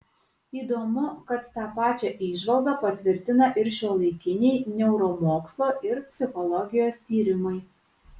įdomu kad tą pačią įžvalgą patvirtina ir šiuolaikiniai neuromokslo ir psichologijos tyrimai